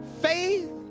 faith